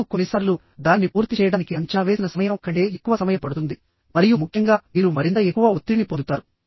మరియు కొన్నిసార్లు దానిని పూర్తి చేయడానికి అంచనా వేసిన సమయం కంటే ఎక్కువ సమయం పడుతుంది మరియు ముఖ్యంగా మీరు మరింత ఎక్కువ ఒత్తిడిని పొందుతారు